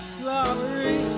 sorry